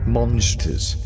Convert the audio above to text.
Monsters